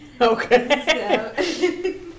Okay